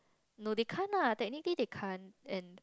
no they can't lah technically they can't and